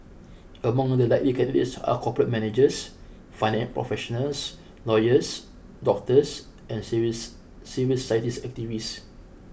among the likely candidates are corporate managers finance professionals lawyers doctors and civils civils society activists